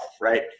right